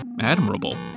admirable